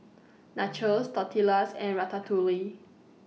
Nachos Tortillas and Ratatouille